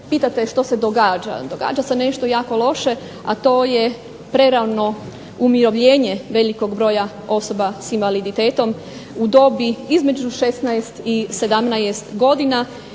pitate što se događa, događa se nešto jako loše, a to je prerano umirovljenje velikog broja osoba s invaliditetom u dobi između 16 i 17 godina